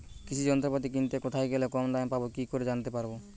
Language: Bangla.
কৃষি যন্ত্রপাতি কিনতে কোথায় গেলে কম দামে পাব কি করে জানতে পারব?